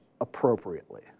appropriately